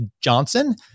Johnson